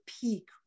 peak